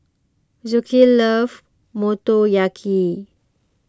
love Motoyaki